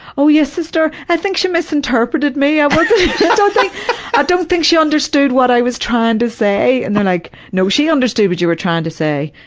oh, yes sister, i think she misinterpreted me. i don't think ah don't think she understood what i was tryin' to say. and they're like, no, she understood what you were tryin' to say.